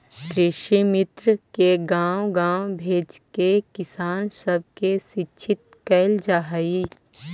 कृषिमित्र के गाँव गाँव भेजके किसान सब के शिक्षित कैल जा हई